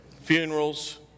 funerals